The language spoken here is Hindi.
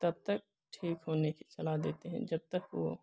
तब तक ठीक होने के सलाह देते हैं जब तक वे